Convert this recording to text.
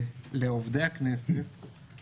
לעובדי הכנסת